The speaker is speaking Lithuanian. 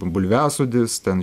bulviasodis ten